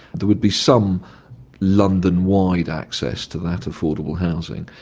there would be some london-wide access to that affordable housing.